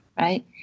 right